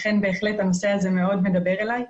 לכן בהחלט הנושא הזה מאוד מדבר אלי.